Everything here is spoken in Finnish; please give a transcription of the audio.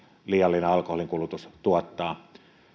liiallinen alkoholinkulutus tuottaa